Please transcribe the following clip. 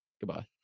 Goodbye